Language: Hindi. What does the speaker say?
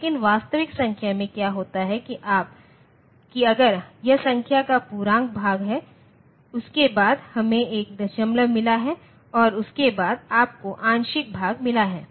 लेकिन वास्तविक संख्या में क्या होता है कि अगर यह संख्या का पूर्णांक भाग है उसके बाद हमें एक दशमलव मिला है और उसके बाद आपको आंशिक भाग मिला है